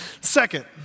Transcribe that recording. Second